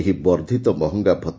ଏହି ବର୍ଦ୍ଧିତ ମହଙ୍ଗା ଭଉ